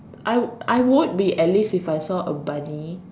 I I would be Alice if I saw a bunny